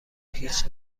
هیچ